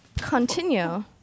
continue